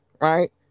right